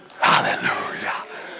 Hallelujah